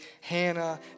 Hannah